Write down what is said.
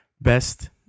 Best